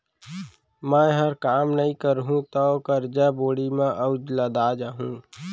मैंहर काम नइ करहूँ तौ करजा बोड़ी म अउ लदा जाहूँ